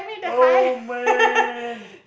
oh man